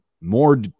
more